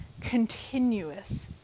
continuous